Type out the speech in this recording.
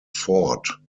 ford